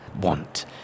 want